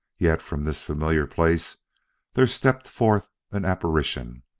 yet from this familiar place there stepped forth an apparition.